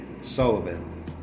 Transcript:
Sullivan